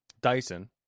Dyson